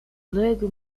lego